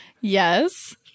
Yes